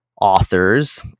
authors